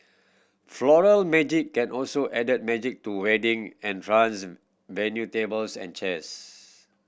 Floral Magic can also added magic to wedding entrance venue tables and chairs